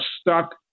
stuck